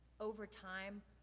over time,